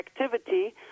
activity